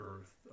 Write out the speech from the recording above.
earth